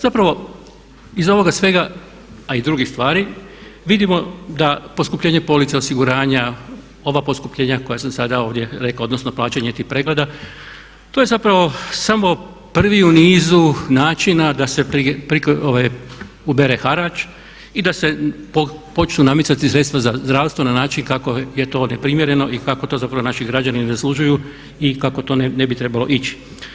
Zapravo iz ovoga svega a i drugih stvari vidimo da poskupljenje police osiguranja, ova poskupljenja koja sam sada ovdje rekao odnosno plaćanje tih pregleda to je zapravo samo prvi u nizu način da se ubere harač i da se počnu namicati sredstva za zdravstvo na način kako je to neprimjereno i kako to zapravo naši građani ne zaslužuju i kako to ne bi trebalo ići.